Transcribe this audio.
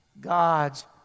god's